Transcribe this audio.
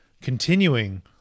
continuing